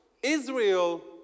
Israel